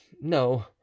no